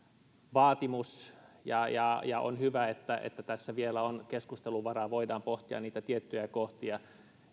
vaatimus on hyvä että että tässä vielä on keskusteluvaraa voidaan pohtia niitä tiettyjä kohtia